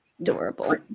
adorable